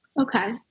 Okay